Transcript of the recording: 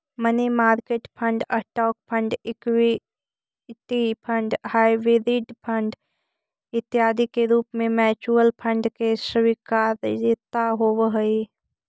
money market fund, stock fund, equity fund, hybrid fund इत्यादि के रूप में म्यूचुअल फंड के स्वीकार्यता होवऽ हई